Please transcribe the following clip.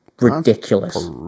ridiculous